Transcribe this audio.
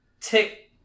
tick